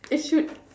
you should